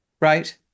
right